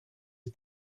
was